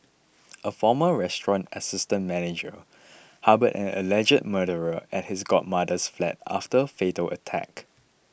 a former restaurant assistant manager harboured an alleged murderer at his godmother's flat after a fatal attack